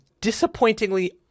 disappointingly